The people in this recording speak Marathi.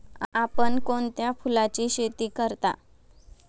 आपण कोणत्या फुलांची शेती करता?